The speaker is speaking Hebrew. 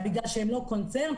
בגלל שהם לא קונצרן?